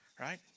right